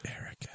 Erica